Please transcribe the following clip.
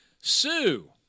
Sue